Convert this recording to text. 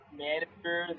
manager